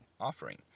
offering